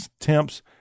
temps